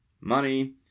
money